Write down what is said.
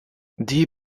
die